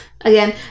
again